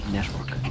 Network